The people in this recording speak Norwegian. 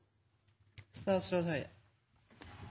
statsråd Høie